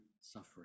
suffering